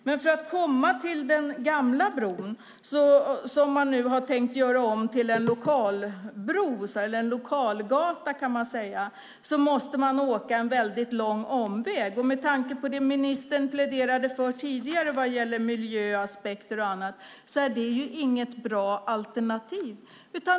Men för att komma till den gamla bron, som är tänkt att göras om till den lokalgata, måste man åka en väldigt lång omväg. Med tanke på det ministern tidigare pläderade för vad gäller miljöaspekter och annat är det inget bra alternativ.